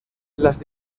las